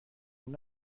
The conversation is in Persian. پاسخ